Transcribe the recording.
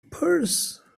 purse